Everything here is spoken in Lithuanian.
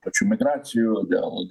pačių migracijų dėl